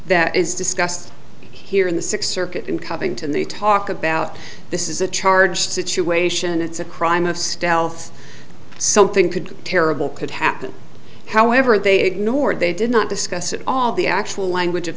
that is discussed here in the six circuit in covington they talk about this is a charge situation it's a crime of stealth something could terrible could happen however they ignored they did not discuss at all the actual language